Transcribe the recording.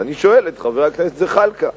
אז אני שואל את חבר הכנסת זחאלקה: